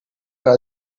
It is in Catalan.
per